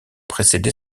précédé